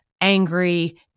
angry